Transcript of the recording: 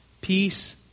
Peace